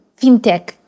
fintech